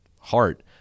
heart